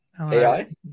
AI